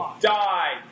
Die